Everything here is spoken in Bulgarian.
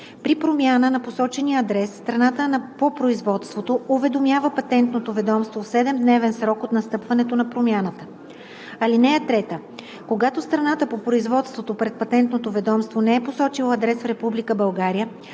При промяна на посочения адрес страната по производството уведомява Патентното ведомство в 7-дневен срок от настъпването на промяната. (3) Когато страната по производството пред Патентното ведомство не е посочила адрес в